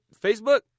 Facebook